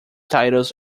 titles